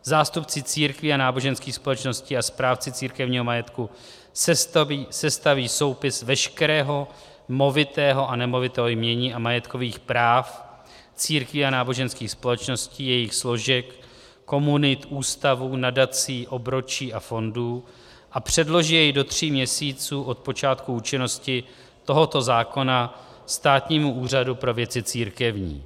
Zástupci církví a náboženských společností a správci církevního majetku sestaví soupis veškerého movitého a nemovitého jmění a majetkových práv církví a náboženských společností, jejich složek, komunit, ústavů, nadací, obročí a fondů a předloží jej do tří měsíců od počátku účinnosti tohoto zákona Státnímu úřadu pro věci církevní.